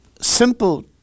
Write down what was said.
simple